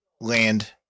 land